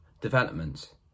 development